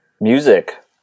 Music